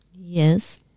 Yes